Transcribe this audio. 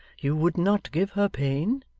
you would not give her pain